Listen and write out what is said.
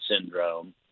syndrome